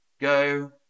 Go